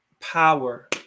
power